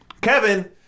Kevin